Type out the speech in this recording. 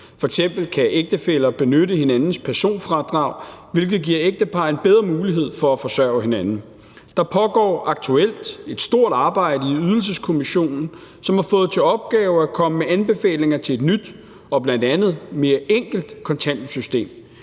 kan ægtefæller benytte hinandens personfradrag, hvilket giver ægtepar en bedre mulighed for at forsørge hinanden. Der pågår aktuelt et stort arbejde i Ydelseskommissionen, som har fået til opgave at komme med anbefalinger til et nyt og bl.a. mere enkelt kontanthjælpssystem.